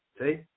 See